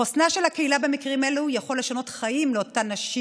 חוסנה של הקהילה במקרים אלה יכול לשנות חיים לאותן נשים,